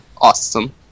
awesome